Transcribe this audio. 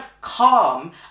calm